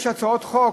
יש הצעות חוק,